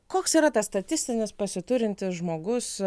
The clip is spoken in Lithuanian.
koks yra tas statistinis pasiturintis žmogus